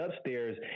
upstairs